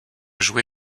joué